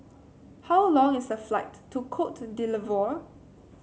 how long is the flight to Cote d'lvoire